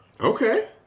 Okay